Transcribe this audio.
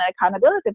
accountability